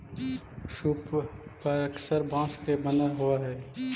सूप पअक्सर बाँस के बनल होवऽ हई